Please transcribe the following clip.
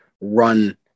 run